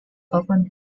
often